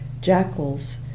jackals